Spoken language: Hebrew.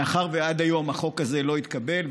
מאחר שעד היום החוק הזה לא התקבל,